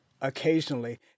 Occasionally